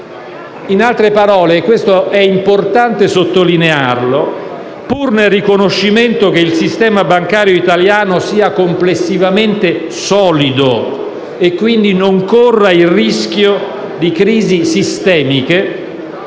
In altre parole - questo è importante sottolinearlo - pur nel riconoscimento che il sistema bancario italiano sia complessivamente solido e, quindi, non corra il rischio di crisi sistemiche,